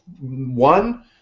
one